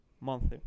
monthly